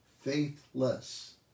faithless